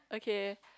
okay